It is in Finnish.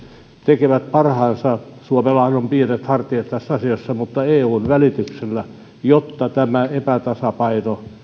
tekevät parhaansa suomellahan on pienet hartiat tässä asiassa mutta eun välityksellä jotta tämä epätasapaino